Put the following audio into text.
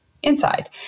inside